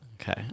Okay